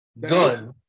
gun